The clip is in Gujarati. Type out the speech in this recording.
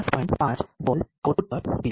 5 વોલ્ટ આઉટપુટ પર મૂકી છે